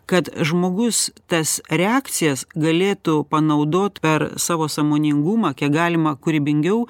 kad žmogus tas reakcijas galėtų panaudot per savo sąmoningumą kiek galima kūrybingiau